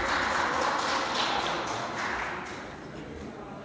Hvala.